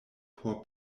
por